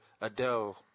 Adele